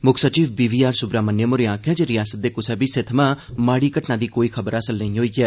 मुक्ख सचिव B V R Subrahmanyam होरें आखेआ ऐ जे रिआसत दे कुसा बी हिस्से थमां माड़ी घटना दी कोई खबर नेई थ्होई ऐ